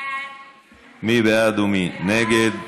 מי בעד ומי נגד?